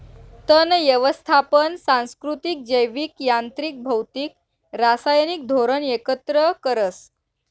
तण यवस्थापन सांस्कृतिक, जैविक, यांत्रिक, भौतिक, रासायनिक धोरण एकत्र करस